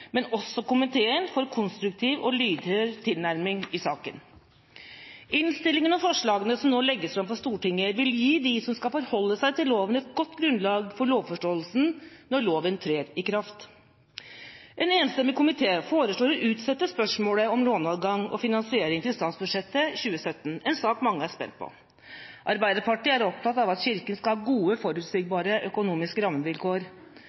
men også komiteen, for konstruktiv og lydhør tilnærming i saken. Innstillingen og forslagene som nå legges fram for Stortinget, vil gi dem som skal forholde seg til loven, et godt grunnlag for lovforståelsen når loven trer i kraft. En enstemmig komité foreslår å utsette spørsmålet om låneadgang og finansiering til statsbudsjettet for 2017. Dette er en sak mange er spent på. Arbeiderpartiet er opptatt av at Kirken skal ha gode, forutsigbare økonomiske rammevilkår.